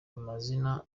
amazina